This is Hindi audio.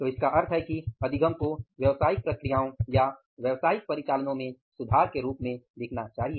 तो इसका अर्थ है कि अधिगम को व्यावसायिक प्रक्रियाओं या व्यावसायिक परिचालनो में सुधार के रूप में दिखना चाहिए